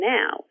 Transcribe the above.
now